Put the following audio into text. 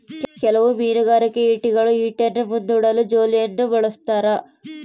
ಕೆಲವು ಮೀನುಗಾರಿಕೆ ಈಟಿಗಳು ಈಟಿಯನ್ನು ಮುಂದೂಡಲು ಜೋಲಿಯನ್ನು ಬಳಸ್ತಾರ